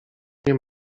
nie